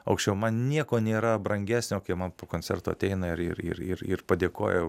aukščiau man nieko nėra brangesnio kai man po koncerto ateina ir ir ir ir padėkoja